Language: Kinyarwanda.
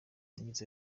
yagize